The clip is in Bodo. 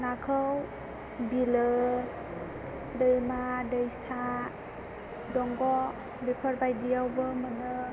नाखौ बिलो दैमा दैसा दंग' बेफोरबायदि आवबो मोनो